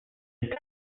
and